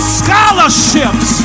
scholarships